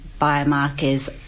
biomarkers